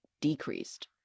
decreased